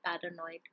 paranoid